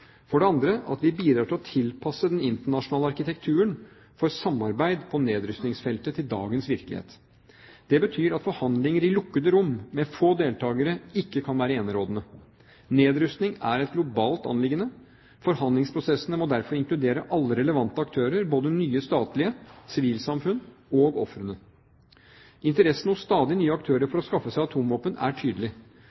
For det andre at vi bidrar til å tilpasse den internasjonale arkitekturen for samarbeid på nedrustningsfeltet til dagens virkelighet. Det betyr at forhandlinger i lukkede rom, med få deltakere, ikke kan være enerådende. Nedrustning er et globalt anliggende. Forhandlingsprosessene må derfor inkludere alle relevante aktører, både nye statlige aktører, sivilsamfunn og ofrene. Interessen hos stadig nye aktører